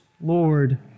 Lord